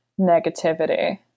negativity